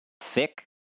Thick